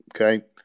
okay